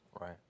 right